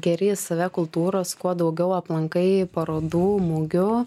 geri į save kultūros kuo daugiau aplankai parodų mugių